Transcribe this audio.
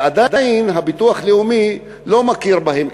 ועדיין הביטוח הלאומי לא מכיר בהם.